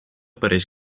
pareix